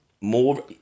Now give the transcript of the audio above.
more